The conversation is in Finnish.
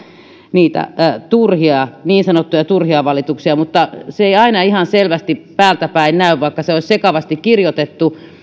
niitä niin sanottuja turhia valituksia mutta se ei aina ihan selvästi päältäpäin näy vaikka se olisi sekavasti kirjoitettu